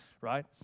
right